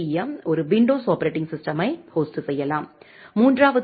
M ஒரு Windows operating சிஸ்டமை host செய்யலாம் மூன்றாவது வி